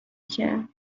کرد